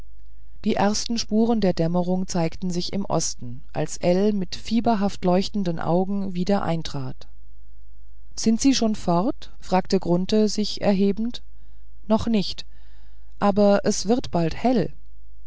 die ersten spuren der dämmerung zeigten sich im osten als ell mit fieberhaft leuchtenden augen wieder eintrat sind sie schon fort fragte grunthe sich erhebend noch nicht aber es wird bald hell